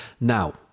Now